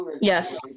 Yes